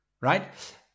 right